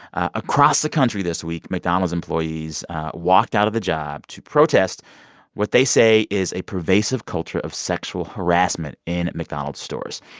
across the country this week, mcdonald's employees walked out of the job to protest what they say is a pervasive culture of sexual harassment in mcdonald's stores.